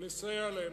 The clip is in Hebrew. לסייע להם.